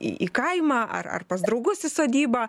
į kaimą ar ar pas draugus į sodybą